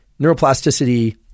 neuroplasticity